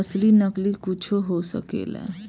असली नकली कुच्छो हो सकेला